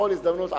בכל הזדמנות,